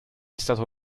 stato